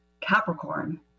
Capricorn